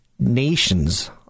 nations